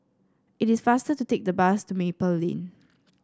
it is faster to take the bus to Maple Lane